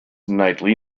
nightly